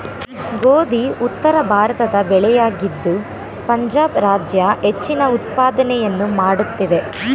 ಗೋಧಿ ಉತ್ತರಭಾರತದ ಬೆಳೆಯಾಗಿದ್ದು ಪಂಜಾಬ್ ರಾಜ್ಯ ಹೆಚ್ಚಿನ ಉತ್ಪಾದನೆಯನ್ನು ಮಾಡುತ್ತಿದೆ